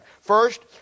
First